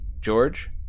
George